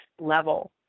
level